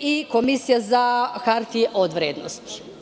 i Komisija za hartije od vrednosti.